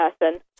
person